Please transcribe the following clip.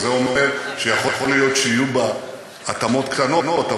זה אומר שיכול להיות שיהיו בה התאמות קטנות,